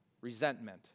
resentment